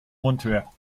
monteur